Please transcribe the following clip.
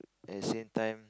as the same time